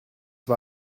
war